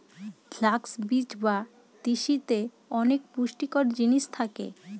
flux বীজ বা তিসিতে অনেক পুষ্টিকর জিনিস থাকে